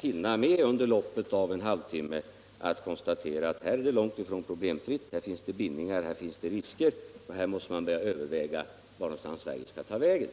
hinna med, under loppet av en halvtimme, att konstatera att här är det långt ifrån problemfritt, här finns det bindningar och risker, och här måste man börja överväga vart Sverige skall ta vägen.